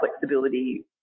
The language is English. flexibility